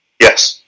Yes